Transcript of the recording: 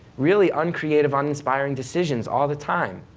really, uncreative, uninspiring decisions all the time.